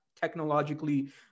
technologically